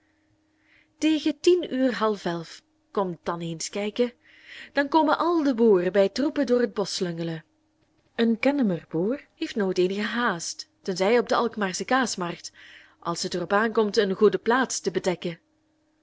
tegen tien uren half elf kom dan eens kijken dan komen al de boeren bij troepen door het bosch slungelen een kennemer boer heeft nooit eenige haast tenzij op de alkmaarsche kaasmarkt als het er op aankomt eene goede plaats te bedekken